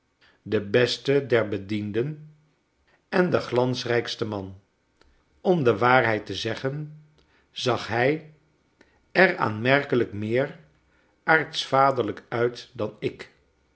de beste der bedienden en de glansrijkste man om de waarheid te zeggen zag hij er aanmerkelijk meer aartsvaderlijk uit dan ik